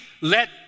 let